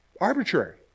arbitrary